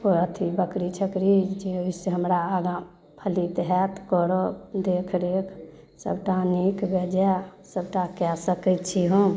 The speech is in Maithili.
ओकर अथी बकरी छकरी जैसे हमरा आगाँ फलित हैत करब देख रेख सबटा नीक बेजै सबटा कै सके छी हम